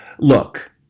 Look